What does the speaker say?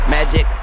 Magic